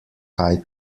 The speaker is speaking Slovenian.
kaj